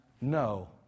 no